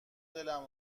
دلم